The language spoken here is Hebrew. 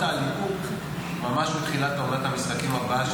האלימות ממש בתחילת עונת המשחקים הבאה,